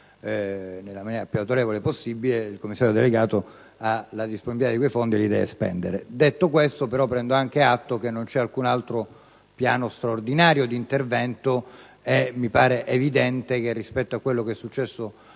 nella maniera più autorevole possibile, il Commissario delegato ha la disponibilità di quei fondi e li deve spendere. Detto questo, prendo però anche atto che non c'è alcun altro piano straordinario di intervento e mi sembra evidente che rispetto a quanto accaduto